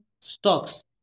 stocks